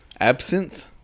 absinthe